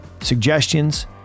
suggestions